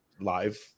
live